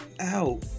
out